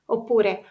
Oppure